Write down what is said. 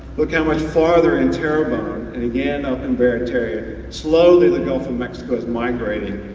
look how much farther in terrebone and again up in baraterria. slowly the gulf of mexico is migrating,